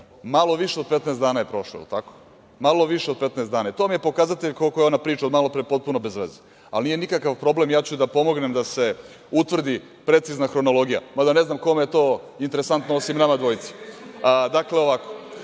malo više od 15 dana je prošlo, malo više od 15 dana i to vam je pokazatelj koliko je ona priča od malopre potpuno bezveze. Nije nikakav problem, ja ću da pomognem da se utvrdi precizna hronologija, mada ne znam kome je to interesantno osim nama dvojici. Dakle, ovako,